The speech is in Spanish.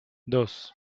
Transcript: dos